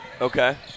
Okay